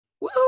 Woo